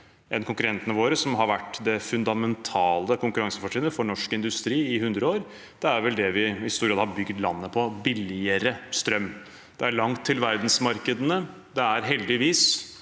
enn konkurrentene våre, som har vært det fundamentale konkurransefortrinnet for norsk industri i 100 år. Det er vel det vi i stor grad har bygd landet på: billigere strøm. Det er langt til verdensmarkedene, det er heldigvis